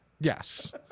yes